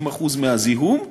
90% מהזיהום,